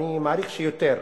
אני מעריך שיותר.